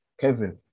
Kevin